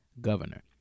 governor